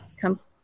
comes